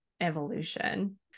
evolution